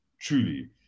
truly